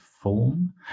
form